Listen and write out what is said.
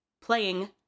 playing